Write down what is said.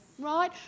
right